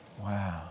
Wow